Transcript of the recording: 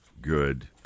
good